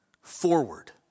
forward